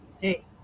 hey